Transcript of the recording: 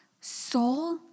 soul